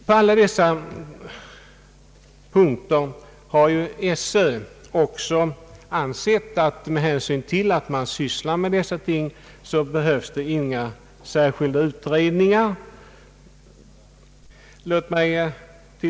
På alla dessa punkter har SÖ också ansett att med hänsyn till att man sysslar med dessa ting behövs det inga särskilda utredningar.